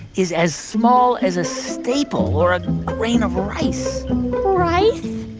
is as small as a staple or a grain of rice rice?